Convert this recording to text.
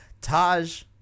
Taj